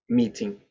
meeting